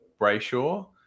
Brayshaw